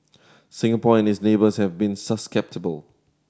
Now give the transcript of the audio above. Singapore and its neighbours have been susceptible